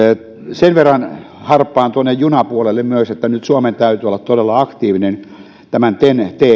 sen verran harppaan junapuolelle myös että nyt suomen täytyy olla todella aktiivinen tämän ten